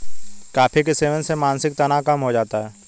coffee के सेवन से मानसिक तनाव कम हो जाता है